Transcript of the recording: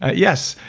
ah yes.